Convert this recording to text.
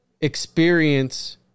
experience